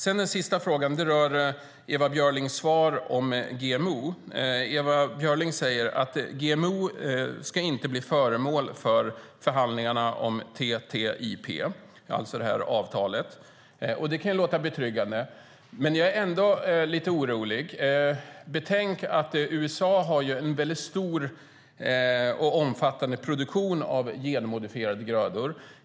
Den sista frågan rör Ewa Björlings svar om GMO där hon säger att GMO inte ska bli föremål för förhandlingarna om TTIP, alltså avtalet. Det kan låta betryggande, men jag är ändå lite orolig. Betänk att USA har en stor och omfattande produktion av genmodifierade grödor.